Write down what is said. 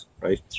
right